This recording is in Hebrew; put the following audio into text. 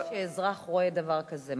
ברגע שאזרח רואה דבר כזה,